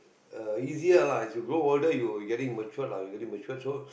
uh you here lah as you grow older you getting matured lah you getting matured so